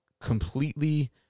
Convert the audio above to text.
completely